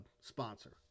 sponsor